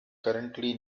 currently